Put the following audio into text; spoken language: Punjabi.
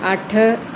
ਅੱਠ